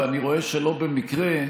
ואני רואה שלא במקרה,